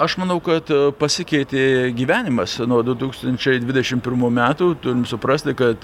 aš manau kad pasikeitė gyvenimas nuo du tūkstančiai dvidešimt pirmų metų turim suprasti kad